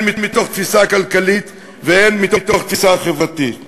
הן מתוך תפיסה כלכלית והן מתוך תפיסה חברתית.